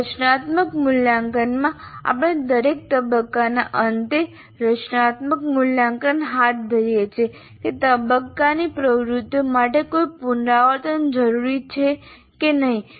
રચનાત્મક મૂલ્યાંકનમાં આપણે દરેક તબક્કાના અંતે રચનાત્મક મૂલ્યાંકન હાથ ધરીએ છીએ કે તે તબક્કાની પ્રવૃત્તિઓ માટે કોઈ પુનરાવર્તન જરૂરી છે કે નહીં